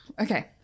Okay